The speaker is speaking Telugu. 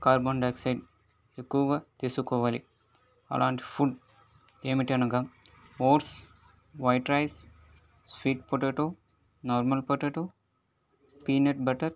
కార్బన్ డైఆక్సైడ్ ఎక్కువగా తీసుకోవాలి అలాంటి ఫుడ్ ఏమిటనగా oats white rice sweet potato normal potato peanut butter